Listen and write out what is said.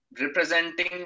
representing